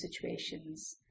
situations